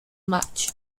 match